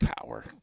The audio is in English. Power